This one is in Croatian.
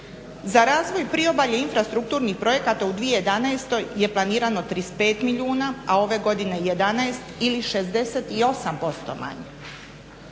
Za razvoj priobalja infrastrukturnih projekata u 2011.je planirano 35 milijuna, a ove godine 11 ili 68% manje.